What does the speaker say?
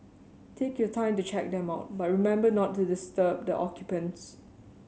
take your time to check them out but remember not to disturb the occupants